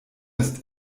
ist